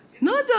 No